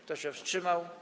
Kto się wstrzymał?